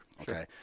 Okay